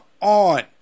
on